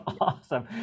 awesome